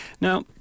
now